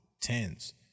tens